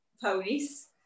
ponies